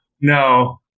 No